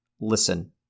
listen